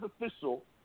official